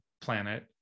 planet